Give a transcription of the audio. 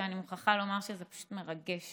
שאני מוכרחה לומר שפשוט מרגש